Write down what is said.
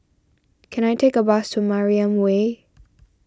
can I take a bus to Mariam Way